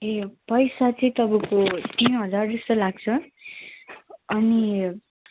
ए पैसा चाहिँ तपाईँको तिन हजार जस्तो लाग्छ अनि